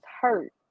hurt